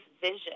vision